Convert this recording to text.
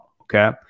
Okay